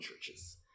churches